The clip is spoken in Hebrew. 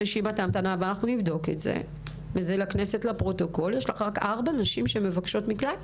שברשימת ההמתנה יש רק ארבע נשים שמבקשות מקלט?